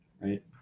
right